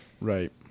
Right